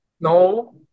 No